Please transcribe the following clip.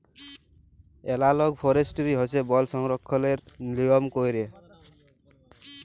এলালগ forestry হছে বল সংরক্ষলের লিয়ম ক্যইরে